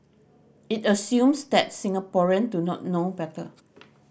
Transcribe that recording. it assumes that Singaporeans do not know better